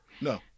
No